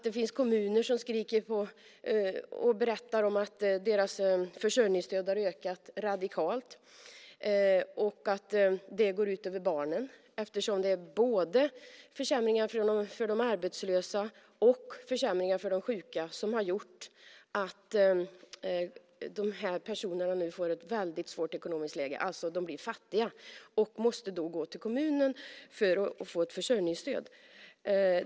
Det finns kommuner som berättar att deras försörjningsstöd har ökat radikalt och att det går ut över barnen, eftersom försämringar både för de arbetslösa och för de sjuka har gjort att de personerna nu får ett väldigt svårt ekonomiskt läge. De blir alltså fattiga och måste då gå till kommunen för att få försörjningsstöd.